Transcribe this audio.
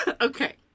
Okay